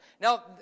Now